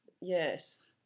Yes